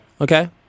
okay